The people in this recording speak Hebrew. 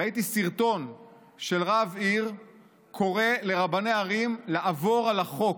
ראיתי סרטון של רב עיר קורא לרבני ערים לעבור על החוק,